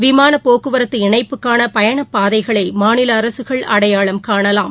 விமான போக்குவரத்து இணைப்புக்கான பயணப்பாதைகளை மாநில அரசுகள் அடையாளம் காணலாம்